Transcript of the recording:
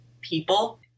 people